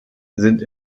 sind